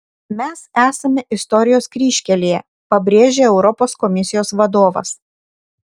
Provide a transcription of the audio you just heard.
mes esame istorijos kryžkelėje pabrėžė europos komisijos vadovas